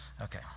okay